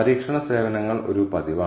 പരീക്ഷണ സേവനങ്ങൾ ഒരു പതിവാണ്